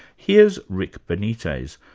here's rick benitez,